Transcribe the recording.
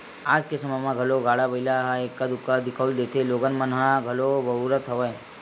आज के समे म घलो गाड़ा बइला ह एक्का दूक्का दिखउल देथे लोगन मन आज घलो बउरत हवय